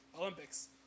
Olympics